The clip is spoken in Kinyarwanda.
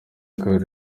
kabiri